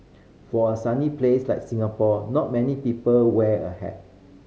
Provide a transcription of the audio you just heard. for a sunny place like Singapore not many people wear a hat